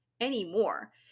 anymore